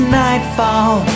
nightfall